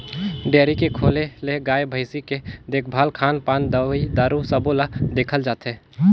dairy के खोले ले गाय, भइसी के देखभाल, खान पान, दवई दारू सबो ल देखल जाथे